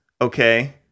okay